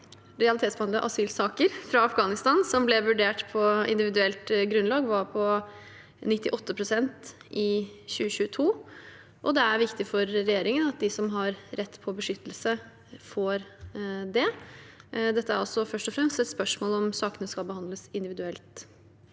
realitetsbehandlede asylsaker fra Afghanistan som ble vurdert på individuelt grunnlag, var på 98 pst. i 2022. Det er viktig for regjeringen at de som har rett til beskyttelse, får det. Dette er altså først og fremst et spørsmål om sakene skal behandles individuelt.